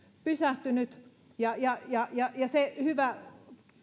pysähtynyt ja ja se hyvä